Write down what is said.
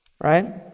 right